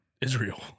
Israel